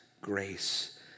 grace